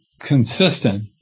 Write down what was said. consistent